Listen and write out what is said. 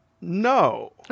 No